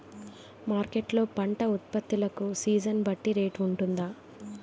Market లొ పంట ఉత్పత్తి లకు సీజన్ బట్టి రేట్ వుంటుందా?